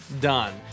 done